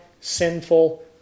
sinful